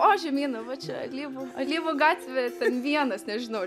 o žemyna va čia alyvų alyvų gatvė ten vienas nežinau